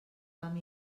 fam